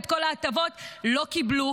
ואת כל ההטבות לא קיבלו,